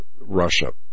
Russia